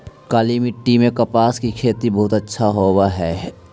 काली मिट्टी में कपास की खेती बहुत अच्छा होवअ हई